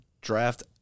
draft